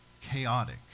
chaotic